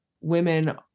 women